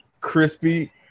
crispy